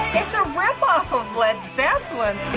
it's a ripoff of led zeppelin.